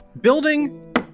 building